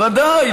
ודאי.